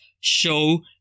show